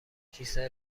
کیسه